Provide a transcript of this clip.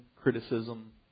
criticism